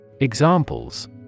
Examples